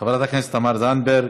חברת הכנסת תמר זנדברג,